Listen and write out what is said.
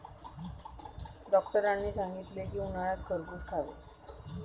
डॉक्टरांनी सांगितले की, उन्हाळ्यात खरबूज खावे